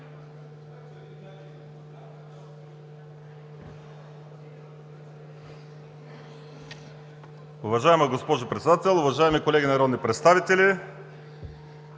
Уважаема госпожо Председател, уважаеми колеги народни представители!